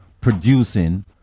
producing